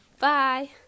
bye